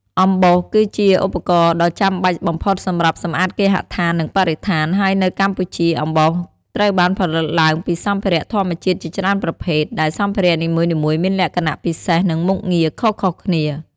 អំបោស គឺជាឧបករណ៍ដ៏ចាំបាច់បំផុតសម្រាប់សម្អាតគេហដ្ឋាន និងបរិស្ថាន ហើយនៅកម្ពុជា អំបោសត្រូវបានផលិតឡើងពីសម្ភារៈធម្មជាតិជាច្រើនប្រភេទ ដែលសម្ភារៈនីមួយៗមានលក្ខណៈពិសេស និងមុខងារខុសៗគ្នា។